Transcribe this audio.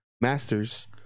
masters